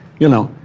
you know,